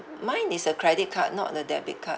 mine is a credit card not a debit card